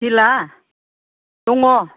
हिलआ दङ